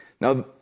Now